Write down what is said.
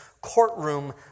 courtroom